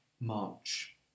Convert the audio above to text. March